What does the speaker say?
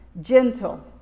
gentle